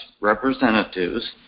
representatives